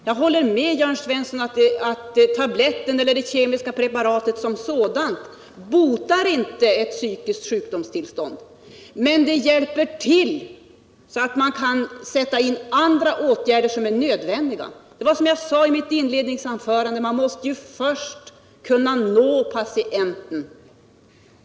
Jag håller med Jörn Svensson om att enbart tabletter eller kemiska preparat inte botar ett psykiskt sjukdomstillstånd, men det hjälper, så att man kan sätta in andra åtgärder som är nödvändiga. Som jag sade i mitt inledningsanförande måste man först kunna nå patienten.